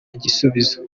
igisubizo